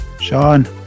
Sean